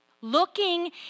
Looking